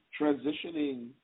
transitioning –